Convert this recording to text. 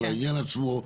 על העניין עצמו.